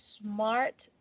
smart